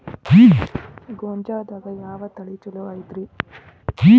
ಗೊಂಜಾಳದಾಗ ಯಾವ ತಳಿ ಛಲೋ ಐತ್ರಿ?